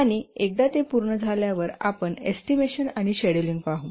आणि एकदा ते पूर्ण झाल्यावर आपण एस्टिमेशन आणि शेड्यूलिंग पाहू